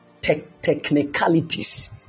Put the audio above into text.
technicalities